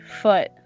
foot